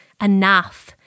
enough